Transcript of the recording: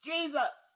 Jesus